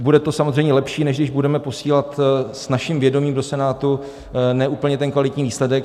Bude to samozřejmě lepší, než když budeme posílat s naším vědomím do Senátu ne úplně kvalitní výsledek.